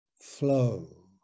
Flow